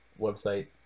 website